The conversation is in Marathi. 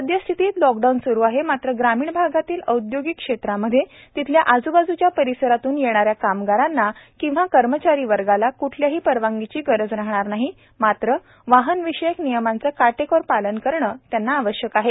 सद्यास्थितीत लॉकडाऊन सूरु आहे मात्र ग्रामीण भागातील औदयोगिक क्षेत्रामध्ये तेथील आज्बाज्च्या परिसरातून येणाऱ्या कामगारांना किंवा कर्मचारी वर्गास क्ठल्याही परवानगीची गरज राहणार नाही मात्र वाहनविषयक नियमांचे काटेकोरपणे पालन करणे आवश्यक आहे